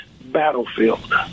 battlefield